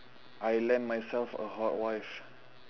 I land myself a hot wife